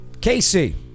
Casey